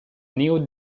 neo